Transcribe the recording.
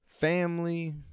family